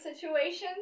situations